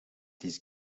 this